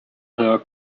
her